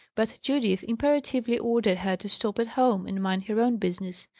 but judith imperatively ordered her to stop at home and mind her own business.